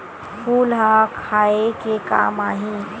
फूल ह खाये के काम आही?